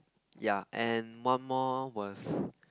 yeah and one more was